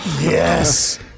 Yes